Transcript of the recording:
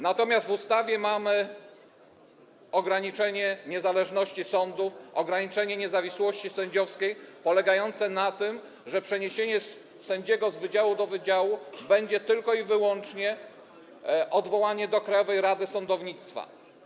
Natomiast w ustawie mamy ograniczenie niezależności sądów, ograniczenie niezawisłości sędziowskiej polegające na tym, że od przeniesienia sędziego z wydziału do wydziału będzie przysługiwało tylko i wyłącznie odwołanie do Krajowej Rady Sądownictwa.